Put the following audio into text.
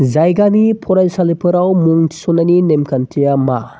जायगानि फरायसालिफोराव मुं थिसननायनि नेम खान्थिया मा